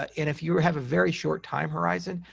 and if you have a very short time horizon,